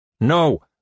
No